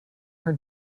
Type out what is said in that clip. her